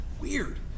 weird